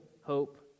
hope